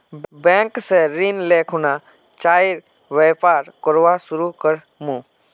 bank स ऋण ले खुना चाइर व्यापारेर काम शुरू कर मु